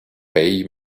paye